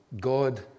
God